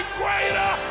greater